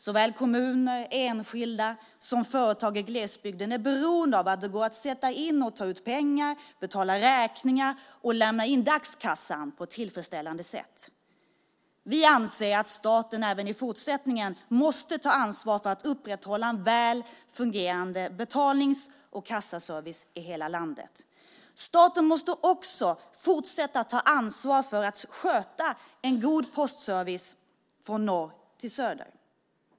Såväl kommuner och enskilda som företag i glesbygden är beroende av att det går att sätta in och ta ut pengar, betala räkningar och lämna in dagskassan på ett tillfredsställande sätt. Vi anser att staten även i fortsättningen måste ta ansvar för att upprätthålla en väl fungerande betal och kassaservice i hela landet. Staten måste också fortsätta att ta ansvar för att sköta en god postservice från norr till söder.